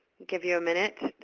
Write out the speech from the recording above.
give you a minute.